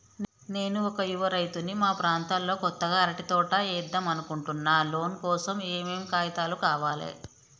నేను ఒక యువ రైతుని మా ప్రాంతంలో కొత్తగా అరటి తోట ఏద్దం అనుకుంటున్నా లోన్ కోసం ఏం ఏం కాగితాలు కావాలే?